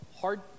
hard